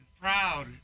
proud